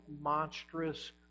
monstrous